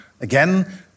Again